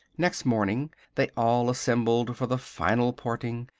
next morning they all assembled for the final parting,